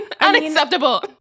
Unacceptable